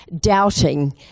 doubting